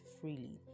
freely